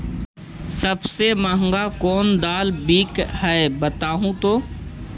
सबसे महंगा कोन दाल बिक है बताहु तो?